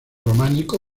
románico